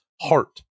heart